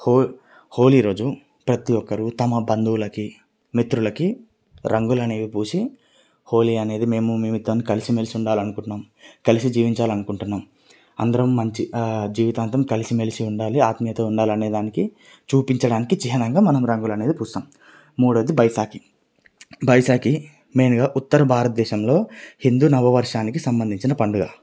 హోలీ హోలీ రోజు ప్రతి ఒక్కరు తమ బంధువులకి మిత్రులకి రంగులనేవి పూసి హోలీ అనేది మేము మీతో కలిసి మెలిసి ఉండాలనుకుంటున్నాము కలిసి జీవించాలి అనుకుంటున్నాము అందరం మంచి జీవితాంతం కలిసి మెలిసి ఉండాలి ఆత్మీయత ఉండాలి అనేదానికి చూపించడానికి చిహ్నంగా మనం రంగులు అనేది పూస్తాము మూడోది బైశాఖి బైశాఖి మెయిన్గా ఉత్తర భారత దేశంలో హిందూ నవ వర్షానికి సంబంధించిన పండుగ